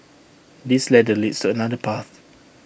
this ladder leads to another path